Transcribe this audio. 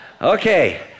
Okay